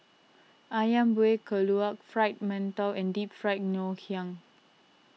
Ayam Buah Keluak Fried Mantou and Deep Fried Ngoh Hiang